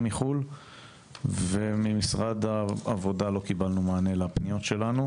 מחו"ל וממשק העבודה לא קיבלנו מענה לפניות שלנו.